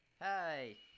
Hi